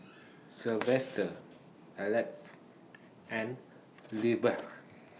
Silvester Alexys and Lizbeth